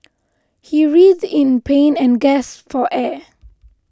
he writhed in pain and gasped for air